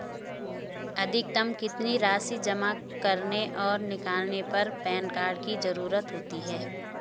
अधिकतम कितनी राशि जमा करने और निकालने पर पैन कार्ड की ज़रूरत होती है?